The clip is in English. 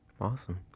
Awesome